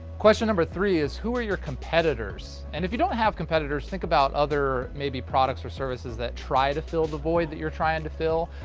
question number three is who are your competitors? and if you don't have competitors, think about other maybe products or services that try to fill the void that you're trying to fill,